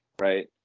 Right